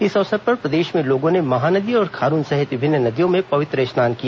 इस अवसर पर प्रदेश में लोगों ने महानदी और खारून सहित विभिन्न नदियों में पवित्र स्नान किया